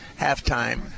halftime